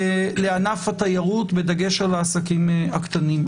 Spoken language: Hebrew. לענף התיירות, בדגש על העסקים הקטנים.